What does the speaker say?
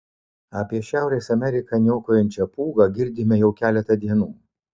apie šiaurės ameriką niokojančią pūgą girdime jau keletą dienų